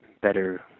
better